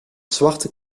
zwarte